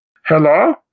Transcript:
Hello